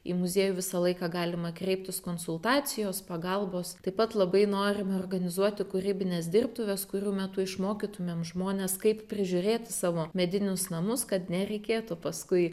į muziejų visą laiką galima kreiptis konsultacijos pagalbos taip pat labai norime organizuoti kūrybines dirbtuves kurių metu išmokytumėm žmones kaip prižiūrėt savo medinius namus kad nereikėtų paskui